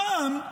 הפעם,